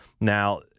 Now